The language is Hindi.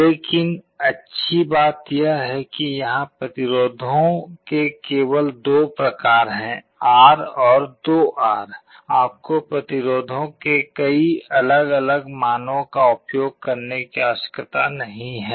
लेकिन अच्छी बात यह है कि यहाँ प्रतिरोधों के केवल 2 प्रकार हैं R और 2R आपको प्रतिरोधों के कई अलग अलग मानों का उपयोग करने की आवश्यकता नहीं है